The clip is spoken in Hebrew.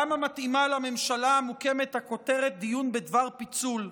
כמה מתאימה לממשלה המוקמת הכותרת "דיון בדבר פיצול",